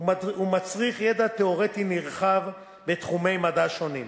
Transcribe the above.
ומצריך ידע תיאורטי נרחב בתחומי מדע שונים.